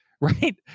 Right